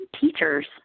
teachers